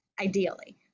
ideally